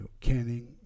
canning